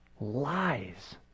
Lies